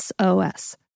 SOS